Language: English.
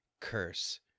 curse